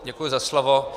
Děkuji za slovo.